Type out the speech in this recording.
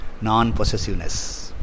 non-possessiveness